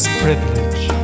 privilege